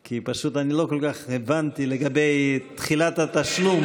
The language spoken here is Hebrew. כי פשוט לא הבנתי כל כך לגבי תחילת התשלום,